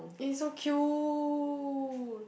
eh so cute